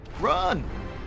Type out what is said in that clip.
Run